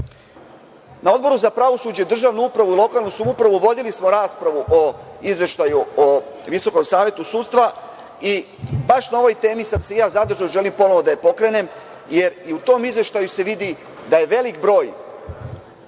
Odboru za pravosuđe, državnu upravu i lokalnu samoupravu vodili smo raspravu o izveštaju o VSS i baš na ovoj temi sam se i ja zadržao i želim ponovo da je pokrenem, jer i u tom izveštaju se vidi da je veliki broj